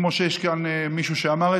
כמו שכאן יש מישהו שאמר.